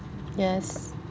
yes